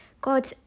God